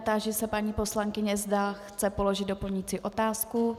Táži se paní poslankyně, zda chce položit doplňující otázku.